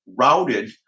routed